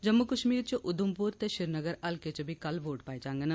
जम्मू कश्मीर च उधमपुर ते श्रीनगर हल्कें च बी कल वोट पाए जांडन